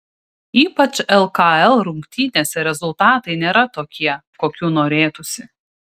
ypač lkl rungtynėse rezultatai nėra tokie kokių norėtųsi